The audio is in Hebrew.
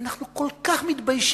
אנחנו כל כך מתביישים,